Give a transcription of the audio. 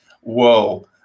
whoa